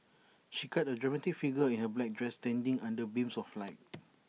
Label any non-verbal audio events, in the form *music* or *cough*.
she cut A dramatic figure in her black dress standing under beams of light *noise*